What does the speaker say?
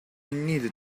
needed